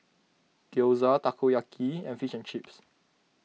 Gyoza Takoyaki and Fish and Chips